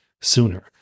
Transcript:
sooner